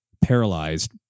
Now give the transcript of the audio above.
paralyzed